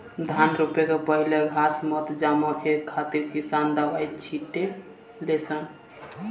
धान रोपे के पहिले घास मत जामो ए खातिर किसान दवाई छिटे ले सन